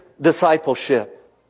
discipleship